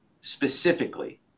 specifically